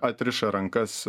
atriša rankas